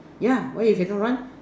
yeah why you cannot run